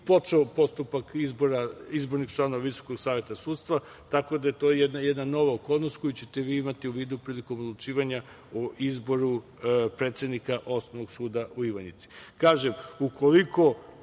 počeo postupak izbora izbornih članova Visokog saveta sudstva, tako da je to jedna nova okolnost koju ćete vi imati u vidu prilikom odlučivanja o izboru predsednika Osnovnog suda u Ivanjici.